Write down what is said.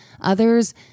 Others